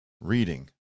Reading